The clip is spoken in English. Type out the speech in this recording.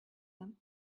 them